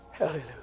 Hallelujah